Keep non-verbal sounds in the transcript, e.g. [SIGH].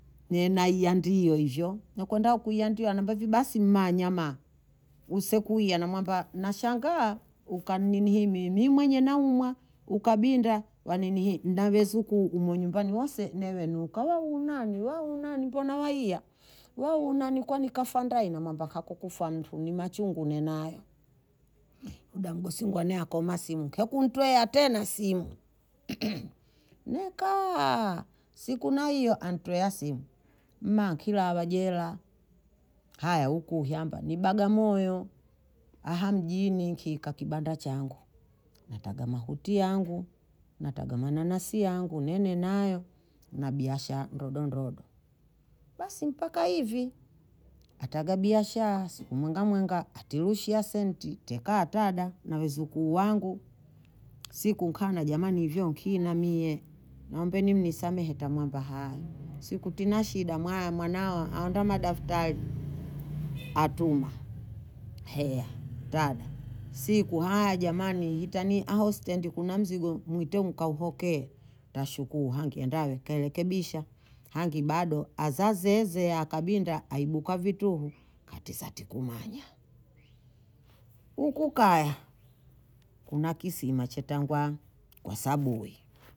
Nenahiya ndiyo hivyo, nakwenda kuhiya anambia basi mmanya ma usekuya namwamba nashangaa [HESITATION] ukaninihii mimi mwenye naumwa, ukabinda wa ninihii na vezukuu humo nyumbani wase nebenu kawa u nani wa unani mbona Waiya, wa unani kwani kafa ndayina namwamba hakukufa mtu ni machungu ni machungu nenayo, muda mgosingwa ne Akoma simu kekuntea tena simu, [HESITATION] nekaaa siku naiya antwea simu ma nkila hawa jela, haya huku shamba ni bagamoyo, haya mjini nka kibanda change, nataga mahuti yangu, nataga mananasi yangu nene nnayo na biashaya ndodondodo, basi mpaka hivi, ataga biashaya siku mwengamwenga atirushia senti, tekaha hatada na wezukuu wangu, siku nkana jamani hivyo nkina mie naombeni mnisamehe ntamwamba haya, siku tina shida mwaya mwanao aonda madaftali, atuma heya tada, siku haya jamani itani aho stendi kuna mzigo muite mkaupokee, tashukuyu hangienda awe kairekebisha, hangi bado azazeze akabinda aibuka vituhu katisatikumanya, huku kaya kuna kisima chatangwa kwa sabuyi